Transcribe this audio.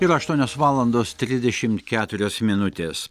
yra aštuonios valandos trisdešimt keturios minutės